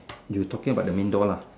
you talking about the main door lah